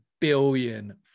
billion